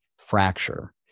fracture